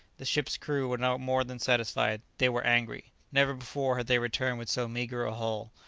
the ship's crew were more than dissatisfied. they were angry. never before had they returned with so meagre a haul.